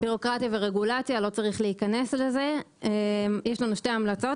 יש לנו שתי המלצות,